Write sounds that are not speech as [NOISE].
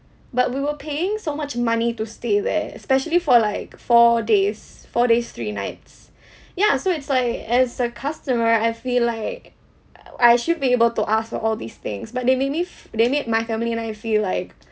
but we were paying so much money to stay there especially for like four days four days three nights [BREATH] ya so it's like as a customer I feel like uh I should be able to ask for all these things but they made me f~ made my family and I feel like